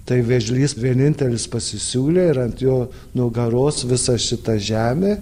tai vėžlys vienintelis pasisiūlė ir ant jo nugaros visa šita žemė